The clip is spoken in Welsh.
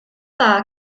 dda